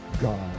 God